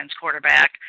quarterback